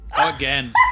again